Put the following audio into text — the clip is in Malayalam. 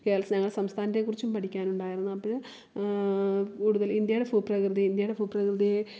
കേൾസ് ഞങ്ങളുടെ സംസ്ഥാനത്തെക്കുറിച്ചും പഠിക്കാനുണ്ടായിരുന്നു അപ്പോൾ കൂടുതൽ ഇന്ത്യയുടെ ഭൂപ്രകൃതി ഇന്ത്യയുടെ ഭൂപ്രകൃതിയെ